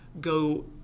go